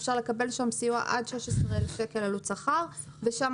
אפשר לקבל שם סיוע עד 16,000 שקל עלות שכר ושם